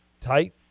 tight